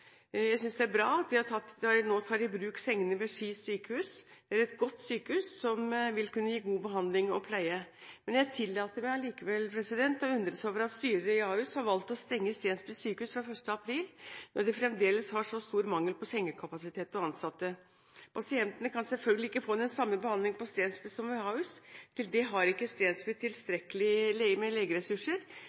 Jeg synes det er bra at de nå tar i bruk sengene ved Ski sykehus. Det er et godt sykehus som vil kunne gi god behandling og pleie. Jeg tillater meg likevel å undres over at styret i Ahus har valgt å stenge Stensby sykehus fra 1. april når de fremdeles har så stor mangel på sengekapasitet og ansatte. Pasientene kan selvfølgelig ikke få den samme behandlingen på Stensby som ved Ahus. Til det har ikke Stensby tilstrekkelig med legeressurser,